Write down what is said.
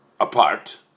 apart